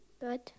Good